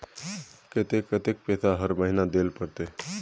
केते कतेक पैसा हर महीना देल पड़ते?